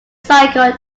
cycle